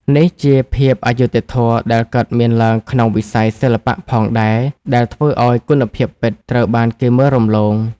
នេះគឺជាភាពអយុត្តិធម៌ដែលកើតមានឡើងក្នុងវិស័យសិល្បៈផងដែរ ដែលធ្វើឲ្យគុណភាពពិតត្រូវបានគេមើលរំលង។